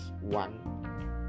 one